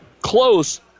close